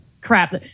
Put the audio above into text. crap